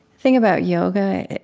thing about yoga,